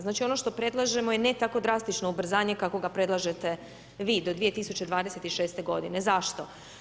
Znači ono što predlažemo je ne tako drastično ubrzanje kako ga predlažete vi 2026. g. Zašto?